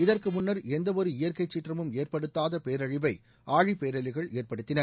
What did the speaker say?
இதற்கு முன்னர் எந்தவொரு இயற்கை சீற்றமும் ஏற்படுத்தாத பேரழிவை ஆழிப் பேரலைகள் ஏற்படுத்தின